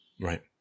Right